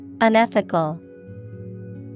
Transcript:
Unethical